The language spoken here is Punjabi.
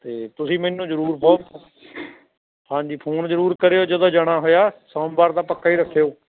ਤਾਂ ਤੁਸੀਂ ਮੈਨੂੰ ਜ਼ਰੂਰ ਬਹੁ ਹਾਂਜੀ ਫੂਨ ਜ਼ਰੂਰ ਕਰਿਓ ਜਦੋਂ ਜਾਣਾ ਹੋਇਆ ਸੋਮਵਾਰ ਦਾ ਪੱਕਾ ਹੀ ਰੱਖਿਓ